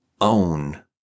own